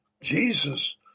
Jesus